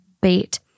bait